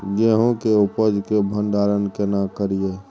गेहूं के उपज के भंडारन केना करियै?